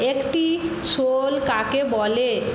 একটি শোল কাকে বলে